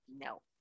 No